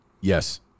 Yes